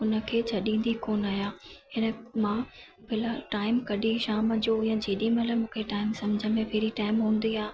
हुनखे छॾींदी कोन आहियां हिन मां बिना टाइम कढी शाम जो या जेॾी महिल मूंखे टाइम समुझ में फ्री टाइम हूंदी आहे